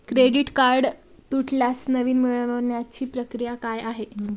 Credit card तुटल्यास नवीन मिळवण्याची प्रक्रिया काय आहे?